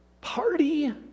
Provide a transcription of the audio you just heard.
party